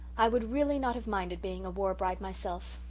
i would really not have minded being a war-bride myself,